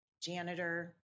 janitor